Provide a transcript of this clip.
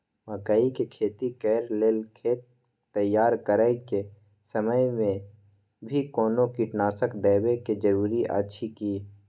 मकई के खेती कैर लेल खेत तैयार करैक समय मे भी कोनो कीटनासक देबै के जरूरी अछि की?